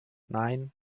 nein